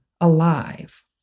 alive